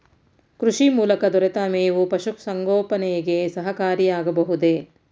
ಕೃಷಿ ಮೂಲಕ ದೊರೆತ ಮೇವು ಪಶುಸಂಗೋಪನೆಗೆ ಸಹಕಾರಿಯಾಗಬಹುದೇ?